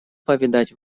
повидать